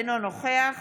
אינו נוכח